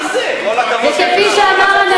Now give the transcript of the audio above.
עם קואליציה כזאת לא